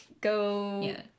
go